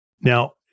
Now